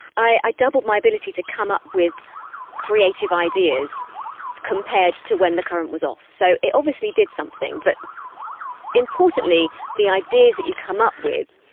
i doubled my ability to come up with creative ideas compared to when the current was off. so it obviously did something. but importantly the ideas that you come up with